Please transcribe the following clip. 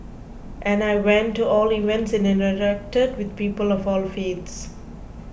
and I went to all events and interacted with people of all faiths